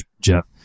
Jeff